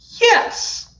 Yes